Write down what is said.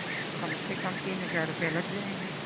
आपको कम से कम तीन हजार रुपया लग जाएंगे